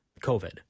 COVID